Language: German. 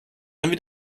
und